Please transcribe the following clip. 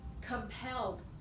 compelled